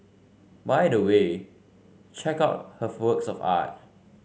by the way check out her works of art